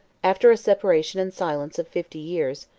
after a separation and silence of fifty years,